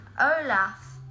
Olaf